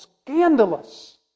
scandalous